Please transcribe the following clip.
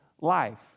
life